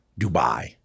Dubai